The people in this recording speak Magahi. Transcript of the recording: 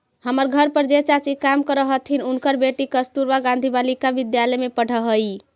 हमर घर पर जे चाची काम करऽ हथिन, उनकर बेटी कस्तूरबा गांधी बालिका विद्यालय में पढ़ऽ हई